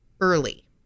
early